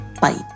bite